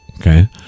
Okay